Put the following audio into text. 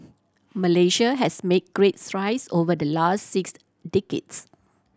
Malaysia has make great strides over the last six decades